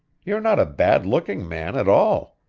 you're not a bad-looking man at all.